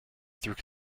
through